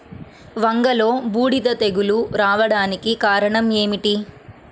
వంగలో బూడిద తెగులు రావడానికి కారణం ఏమిటి?